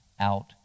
out